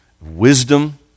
wisdom